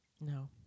No